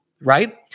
right